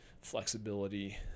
flexibility